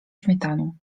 śmietaną